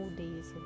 days